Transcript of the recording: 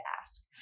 ask